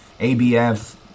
ABF